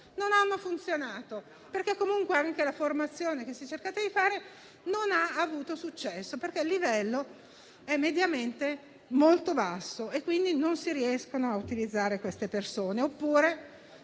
Non hanno funzionato, perché la formazione che si è cercato di fare non ha avuto successo, in quanto il livello è mediamente molto basso e quindi non si riesce ad impiegare queste persone.